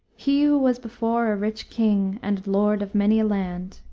he who was before a rich king, and lord of many a land,